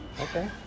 Okay